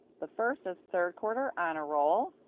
the first is third quarter honor roll,